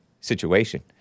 situation